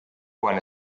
quan